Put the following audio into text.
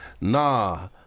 nah